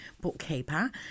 bookkeeper